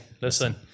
listen